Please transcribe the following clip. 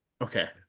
Okay